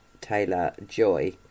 Taylor-Joy